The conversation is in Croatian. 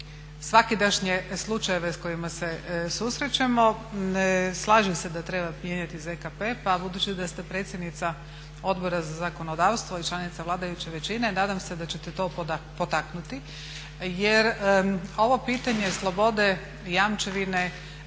svakidašnje slučajeve s kojima se susrećemo. Slažem se da treba mijenjati ZKP, pa budući da ste predsjednica Odbora za zakonodavstvo i članica vladajuće većine nadam se da ćete to potaknuti jer ovo pitanje slobode i jamčevine